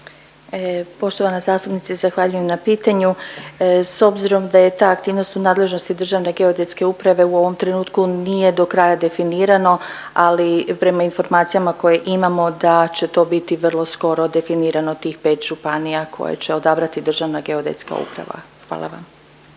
Poštovana zastupnice, zahvaljujem na pitanju. S obzirom da je ta aktivnost u nadležnosti Državne geodetske uprave, u ovom trenutku nije do kraja definirano, ali prema informacijama koje imamo da će to biti vrlo skoro definirano tih 5 županija koje će odabrati Državna geodetska uprava. Hvala vam.